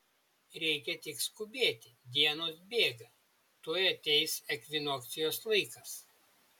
reikia tik skubėti dienos bėga tuoj ateis ekvinokcijos laikas